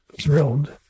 thrilled